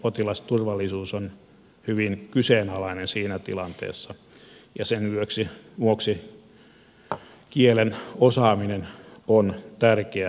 potilasturvallisuus on hyvin kyseenalainen siinä tilanteessa ja sen vuoksi kielen osaaminen on tärkeää